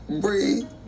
breathe